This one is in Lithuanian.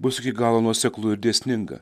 bus iki galo nuoseklu ir dėsninga